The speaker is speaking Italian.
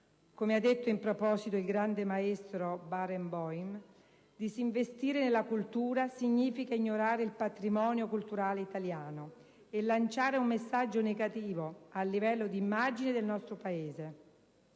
Come ha detto in proposito il grande maestro Barenboim, disinvestire nella cultura significa ignorare il patrimonio culturale italiano e lanciare un messaggio negativo a livello di immagine del nostro Paese.